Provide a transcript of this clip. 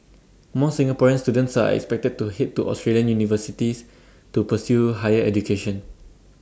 more Singaporean students are expected to Head to Australian universities to pursue higher education